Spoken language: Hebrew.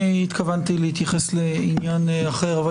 אני התכוונתי להתייחס לעניין אחר אבל